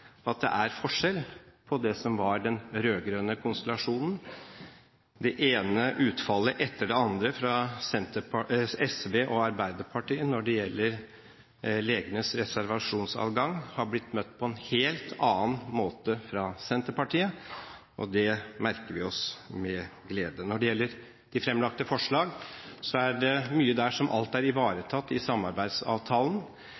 at det er forskjell på det som var den rød-grønne konstellasjonen. Det ene utfallet etter det andre fra SV og Arbeiderpartiet når det gjelder legenes reservasjonsadgang, har blitt møtt på en helt annen måte fra Senterpartiet, og det merker vi oss med glede. Når det gjelder de fremlagte forslag, er det mye der som alt er